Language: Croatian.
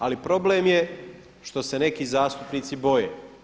Ali problem je što se neki zastupnici boje.